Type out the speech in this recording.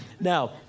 Now